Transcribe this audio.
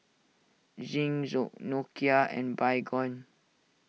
Zinc Nokia and Baygon